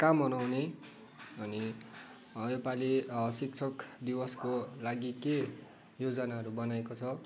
कहाँ मनाउने अनि यो पालि शिक्षक दिवसको लागि के योजनाहरू बनाएको छ